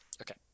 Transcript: Okay